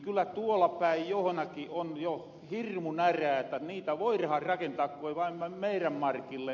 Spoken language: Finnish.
kyllä tuolla päin johnakin on jo hirmu närää että niitä voirahan rakentaa ku ei vaan meirän markille